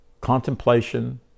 contemplation